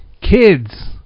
kids